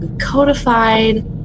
codified